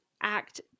act